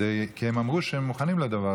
כי הם אמרו שהם מוכנים לדבר הזה.